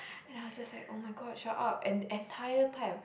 then I was just like [oh]-my-god shut up and entire time